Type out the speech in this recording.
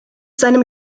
seinem